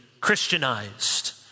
Christianized